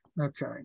Okay